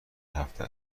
هفته